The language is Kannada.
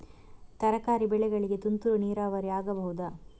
ತರಕಾರಿ ಬೆಳೆಗಳಿಗೆ ತುಂತುರು ನೀರಾವರಿ ಆಗಬಹುದಾ?